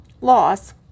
Loss